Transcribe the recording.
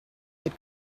that